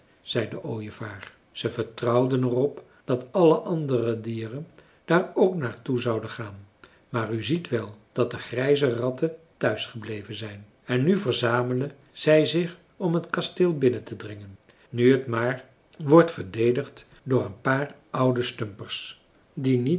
zei de ooievaar ze vertrouwden er op dat alle andere dieren daar ook naar toe zouden gaan maar u ziet wel dat de grijze ratten thuis gebleven zijn en nu verzamelen zij zich om t kasteel binnen te dringen nu t maar wordt verdedigd door een paar oude stumpers die niet